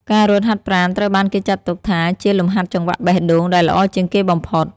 ការរត់ហាត់ប្រាណត្រូវបានគេចាត់ទុកថាជាលំហាត់ចង្វាក់បេះដូងដែលល្អជាងគេបំផុត។